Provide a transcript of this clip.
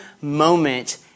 moment